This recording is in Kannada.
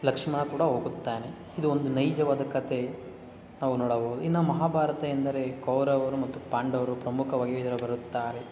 ಲಕ್ಷ್ಮಣ ಕೂಡ ಹೋಗುತ್ತಾನೆ ಇದು ಒಂದು ನೈಜವಾದ ಕಥೆ ನಾವು ನೋಡಬಹುದು ಇನ್ನು ಮಹಾಭಾರತ ಎಂದರೆ ಕೌರವರು ಮತ್ತು ಪಾಂಡವರು ಪ್ರಮುಖವಾಗಿ ಇದ್ರಲ್ಲಿ ಬರುತ್ತಾರೆ